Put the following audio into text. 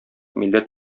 милләт